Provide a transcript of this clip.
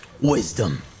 wisdom